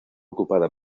ocupada